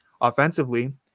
Offensively